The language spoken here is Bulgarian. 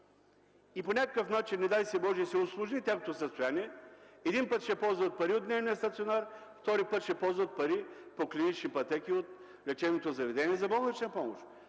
и по някакъв начин, не дай си Боже, се усложни тяхното състояние, един път ще ползват пари от дневния стационар, втори път ще ползват пари по клинични пътеки от лечебното заведение за болнична помощ!